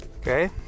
Okay